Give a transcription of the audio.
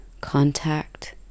contact